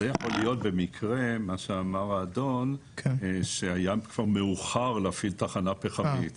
מה שאמר האדון יכול להיות במקרה שהיה כבר מאוחר להפעיל תחנה פחמית.